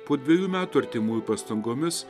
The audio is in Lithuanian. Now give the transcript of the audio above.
po dviejų metų artimųjų pastangomis